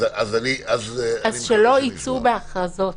אז אני --- אז שלא יצאו בהכרזות.